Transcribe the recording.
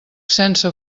sense